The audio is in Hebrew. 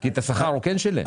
כי את השכר הוא כן שילם.